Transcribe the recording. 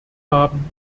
haben